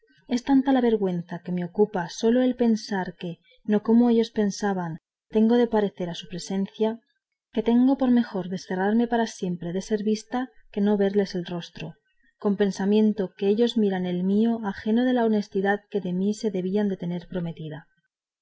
es tanta la vergüenza que me ocupa sólo el pensar que no como ellos pensaban tengo de parecer a su presencia que tengo por mejor desterrarme para siempre de ser vista que no verles el rostro con pensamiento que ellos miran el mío ajeno de la honestidad que de mí se debían de tener prometida